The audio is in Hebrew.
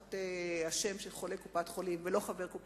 תחת השם של חולה קופת-חולים ולא ביטוח,